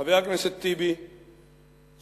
שחבר הכנסת טיבי צוטט